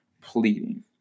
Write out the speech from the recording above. pleading